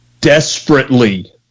desperately